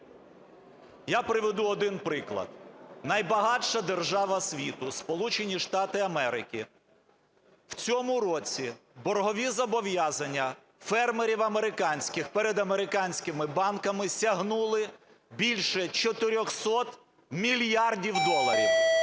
Я приведу один приклад. Найбагатша держава світу – Сполучені Штати Америки – в цьому році боргові зобов'язання фермерів американських перед американськими банками сягнули більше 400 мільярдів доларів.